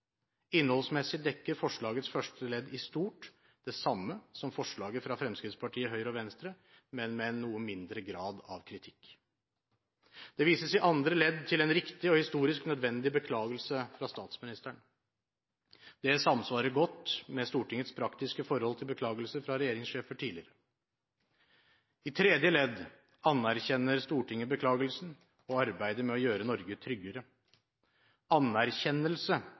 Innholdsmessig dekker forslagets første ledd i stort det samme som forslaget fra Fremskrittspartiet, Høyre og Venstre, men med en noe mindre grad av kritikk. Det vises i andre ledd til en riktig og historisk nødvendig beklagelse fra statsministeren. Det samsvarer godt med Stortingets praktiske forhold til beklagelser fra regjeringssjefer tidligere. I tredje ledd anerkjenner Stortinget beklagelsen og arbeidet med å gjøre Norge tryggere.